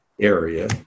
area